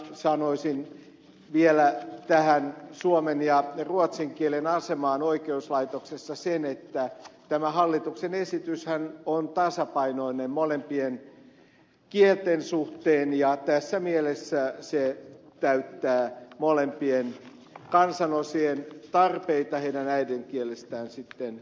sanoisin vielä tästä suomen ja ruotsin kielen asemasta oikeuslaitoksessa sen että tämä hallituksen esityshän on tasapainoinen molempien kielten suhteen ja tässä mielessä täyttää molempien kansanosien tarpeita heidän äidinkielestään riippumatta